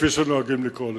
כפי שנוהגים לקרוא לזה.